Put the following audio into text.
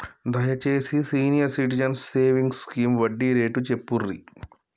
దయచేసి senior citizens savings scheme వడ్డీ rate చెప్పుర్రి